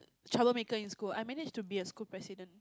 troublemaker in school I manage to be a school president